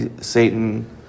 Satan